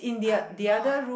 I'm not